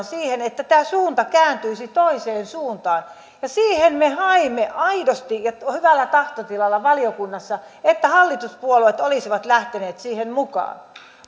siihen että tämä suunta kääntyisi toiseen suuntaan ja sitä me haimme aidosti ja hyvällä tahtotilalla valiokunnassa että hallituspuolueet olisivat lähteneet siihen mukaan